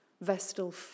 vestal